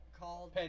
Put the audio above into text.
called